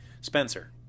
Spencer